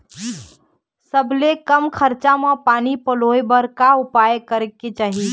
सबले कम खरचा मा पानी पलोए बर का उपाय करेक चाही?